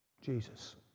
Jesus